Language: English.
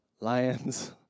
Lions